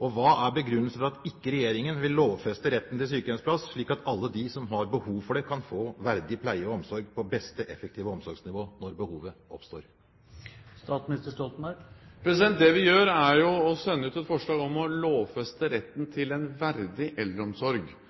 Hva er begrunnelsen for at regjeringen ikke vil lovfeste retten til sykehjemsplass, slik at alle de som har behov for det, kan få verdig pleie og omsorg på det beste og mest effektive omsorgsnivået – når behovet oppstår? Det vi gjør, er å sende ut et forslag om å lovfeste retten til en verdig eldreomsorg.